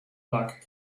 luck